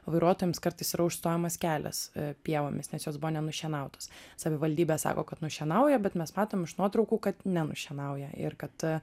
vairuotojams kartais yra užstojamas kelias pievomis nes jos buvo nenušienautos savivaldybė sako kad nušienauja bet mes matom iš nuotraukų kad nenušienauja ir kad